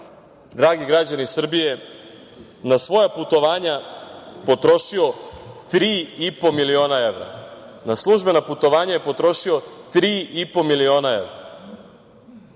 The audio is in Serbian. dragi građani Srbije, na svoja putovanja potrošio tri i po miliona evra. Na službena putovanja je potrošio tri i po miliona evra. Do